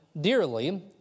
dearly